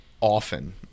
often